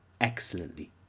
excellently